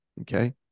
okay